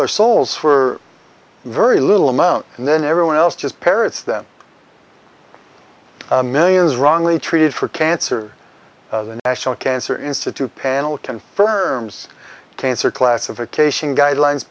their souls for very little amount and then everyone else just parrots them millions wrongly treated for cancer the national cancer institute panel confirms cancer classification guidelines